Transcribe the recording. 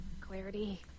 clarity